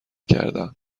کردم